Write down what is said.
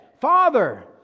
Father